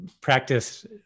practice